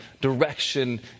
direction